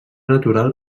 natural